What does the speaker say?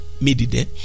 midday